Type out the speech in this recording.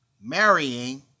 marrying